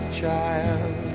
child